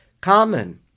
common